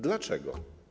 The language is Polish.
Dlaczego?